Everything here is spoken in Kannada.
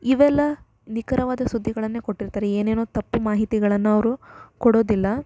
ಇವೆಲ್ಲ ನಿಖರವಾದ ಸುದ್ದಿಗಳನ್ನೇ ಕೊಟ್ಟಿರ್ತಾರೆ ಏನೇನೋ ತಪ್ಪು ಮಾಹಿತಿಗಳನ್ನು ಅವರು ಕೊಡೋದಿಲ್ಲ